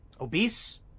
Obese